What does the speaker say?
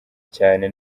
cyane